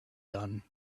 done